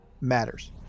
matters